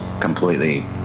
completely